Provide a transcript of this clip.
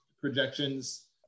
projections